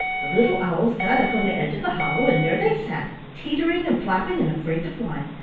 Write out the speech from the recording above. the little owls got up on the edge of the hollow and there they sat, teetering and flapping and afraid to fly.